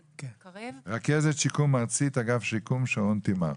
רכזת שיקום ארצית, אגף שיקום.